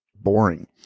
boring